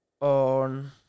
On